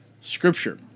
scripture